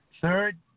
Third